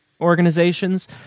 organizations